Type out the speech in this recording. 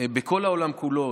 בכל העולם כולו.